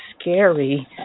scary